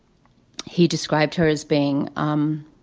he described her as being. um